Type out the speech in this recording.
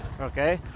okay